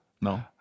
no